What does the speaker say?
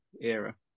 era